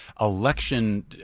election